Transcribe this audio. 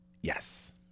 Yes